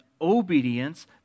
obedience